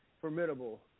formidable